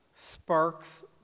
Sparks